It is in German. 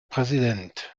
präsident